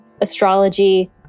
astrology